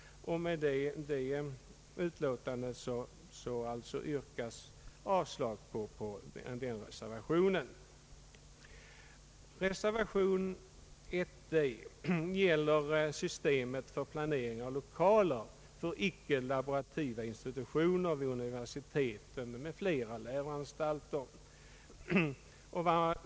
Med den motiveringen yrkas avslag på motionerna. Reservation d gäller systemet för planering av lokaler för icke-laborativa institutioner vid universiteten m.fl. läroanstalter.